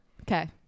Okay